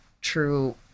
true